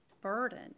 burden